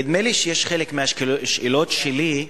נדמה לי שחלק מהשאלות שלי,